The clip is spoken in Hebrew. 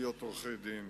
עורכי-דין,